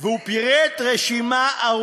חבר הכנסת לוי, והוא פירט רשימה ארוכה